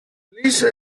lisa